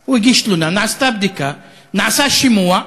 הוא הגיש תלונה, נעשתה בדיקה, נעשה שימוע.